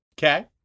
Okay